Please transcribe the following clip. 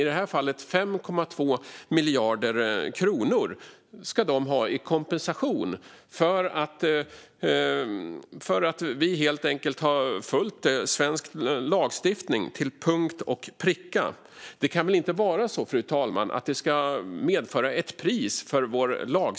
I det här fallet vill man ha 5,2 miljarder kronor i kompensation för att vi helt enkelt har följt svensk lagstiftning till punkt och pricka. Fru talman! Att vi följer vår lagstiftning ska väl inte medföra ett pris?